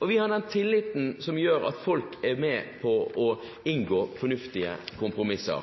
Og vi har den tilliten som gjør at folk er med på å inngå fornuftige kompromisser.